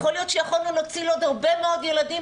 יכול להיות שיכולנו להציל עוד הרבה מאוד ילדים,